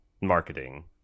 marketing